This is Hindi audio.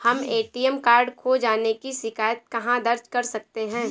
हम ए.टी.एम कार्ड खो जाने की शिकायत कहाँ दर्ज कर सकते हैं?